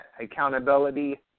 accountability